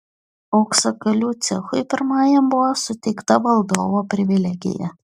auksakalių cechui pirmajam buvo suteikta valdovo privilegija